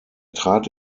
trat